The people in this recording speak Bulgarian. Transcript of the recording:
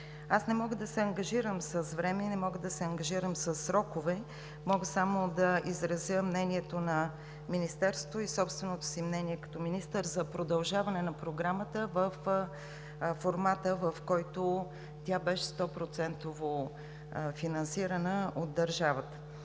Не мога да се ангажирам с време и със срокове. Мога само да изразя мнението на Министерството и собственото си мнение като министър за продължаване на Програмата във формáта, в който тя беше 100-процентово финансирана от държавата.